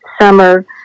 summer